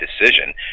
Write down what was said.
decision